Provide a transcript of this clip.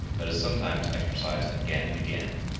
but is sometimes exercised again and again,